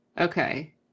Okay